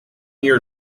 year